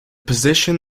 position